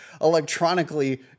electronically